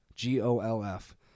G-O-L-F